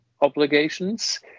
obligations